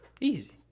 Easy